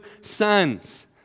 sons